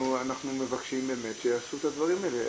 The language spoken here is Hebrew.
אנחנו מבקשים שיעשו את הדברים האלה.